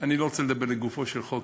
אני לא רוצה לדבר לגופו של חוק,